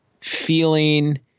feeling